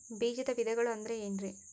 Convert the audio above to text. ಬೇಜದ ವಿಧಗಳು ಅಂದ್ರೆ ಏನ್ರಿ?